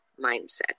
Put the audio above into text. mindset